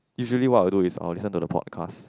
usually what I do is I will listen to the podcast